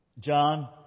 John